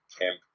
camp